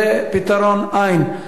ופתרון אין.